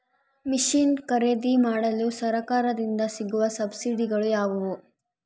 Mission ಖರೇದಿಮಾಡಲು ಸರಕಾರದಿಂದ ಸಿಗುವ ಸಬ್ಸಿಡಿಗಳು ಯಾವುವು?